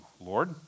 Lord